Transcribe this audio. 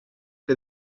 que